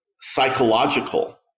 psychological